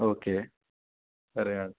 okay సరే